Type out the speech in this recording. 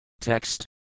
Text